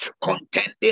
Contending